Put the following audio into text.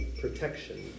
Protection